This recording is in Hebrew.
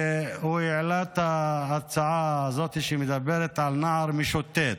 והוא העלה את ההצעה הזאת, שמדברת על נער משוטט.